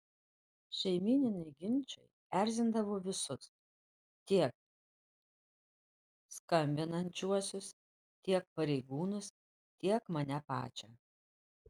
šeiminiai ginčai erzindavo visus tiek skambinančiuosius tiek pareigūnus tiek mane pačią